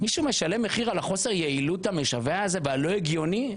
מישהו משלם מחיר על החוסר יעילות המשווע הזה והלא הגיוני?